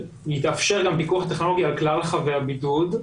גם פיקוח טכנולוגי על כלל חבי הבידוד,